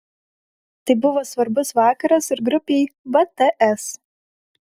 tai buvo svarbus vakaras ir grupei bts